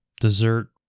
dessert